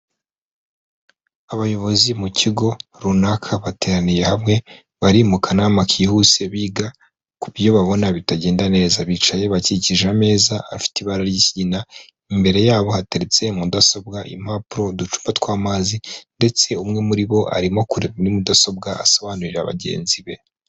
Abayobozi mu kigo runaka bateraniye hamwe, bari mu kanama kihuse, biga ku byo babona bitagenda neza, bicaye bakikije ameza afite ibara ry'ikigina, imbere yabo hateretse mudasobwa, impapuro, uducupa tw'amazi, ndetse umwe muri bo arimo kureba muri mudasobwa asobanurira bagenzi be,